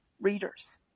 readers